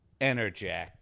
Enerjack